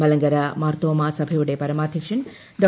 മലങ്കര മാർത്തോമാ സഭയുടെ പരമാധ്യക്ഷൻ ഡോ